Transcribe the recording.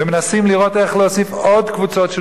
ומנסים לראות איך להוסיף עוד קבוצות של